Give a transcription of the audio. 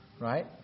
Right